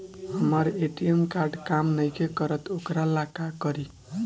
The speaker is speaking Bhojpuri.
हमर ए.टी.एम कार्ड काम नईखे करत वोकरा ला का करी?